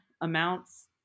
amounts